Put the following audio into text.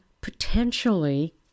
potentially